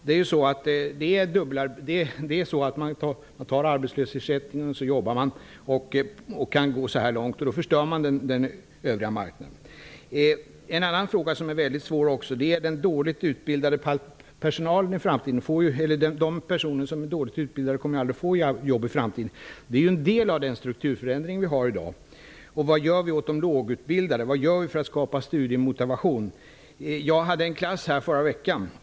Det går ju till så att man jobbar samtidigt som man har arbetslöshetsersättning. Då förstör man den övriga marknaden. En annan svår fråga är de som har låg utbildning. De personer som är dåligt utbildade kommer aldrig att få något jobb i framtiden, vilket är en del av den strukturförändring som vi i dag har. Vad gör vi åt de lågutbildade? Vad gör vi för att skapa studiemotivation? Jag hade besök av en skolklass i förra veckan.